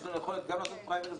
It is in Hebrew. יש לנו יכולת גם לעשות פריימריז,